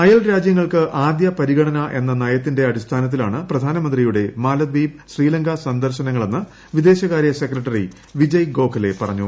അയൽരാജ്യങ്ങൾക്ക് ആദ്യ പരിഗണന എന്ന നയത്തിന്റെ അടിസ്ഥാനത്തിലാണ് പ്രധാനമന്ത്രിയുടെ മാലദ്വീപ് ശ്രീലങ്ക സന്ദർശനങ്ങളെന്ന് വിദേശകാര്യ സെക്രട്ടറി വിജയ് ഗോഖലെ പറഞ്ഞു